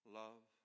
love